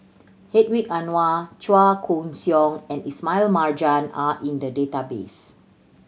Hedwig Anuar Chua Koon Siong and Ismail Marjan are in the database